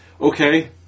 okay